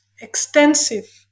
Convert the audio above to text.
extensive